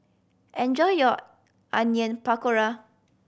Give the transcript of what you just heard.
enjoy your Onion Pakora